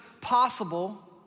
possible